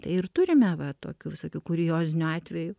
tai ir turime va tokių visokių kuriozinių atvejų